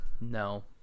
no